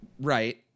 Right